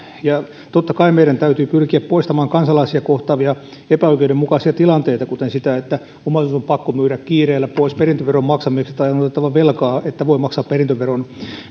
ja totta kai meidän täytyy pyrkiä poistamaan kansalaisia kohtaavia epäoikeudenmukaisia tilanteita kuten sitä että omaisuus on pakko myydä kiireellä pois perintöveron maksamiseksi tai on otettava velkaa että voi maksaa perintöveron